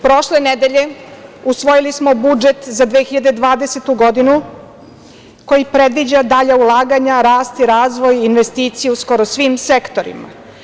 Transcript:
Prošle nedelje usvojili smo budžet za 2020. godinu koji predviđa dalja ulaganja, rast i razvoj investicija u skoro svim sektorima.